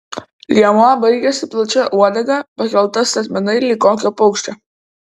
liemuo baigėsi plačia uodega pakelta statmenai lyg kokio paukščio